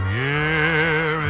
year